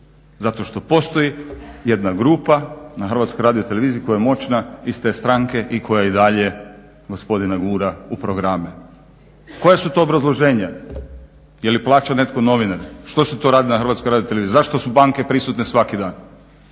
Zato što postoji jedna grupa na Hrvatskoj radio televiziji koja je moćna iz te stranke i koja i dalje gospodina gura u programe. Koja su to obrazloženja? Je li plaća netko novinare? Što se to radi na Hrvatskoj radio televiziji? Zašto su banke prisutne svaki dan?